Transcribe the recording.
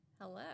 Hello